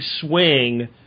swing